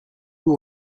tout